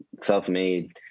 self-made